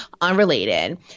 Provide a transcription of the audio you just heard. unrelated